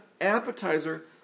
appetizer